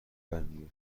برمی